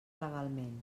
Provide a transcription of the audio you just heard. legalment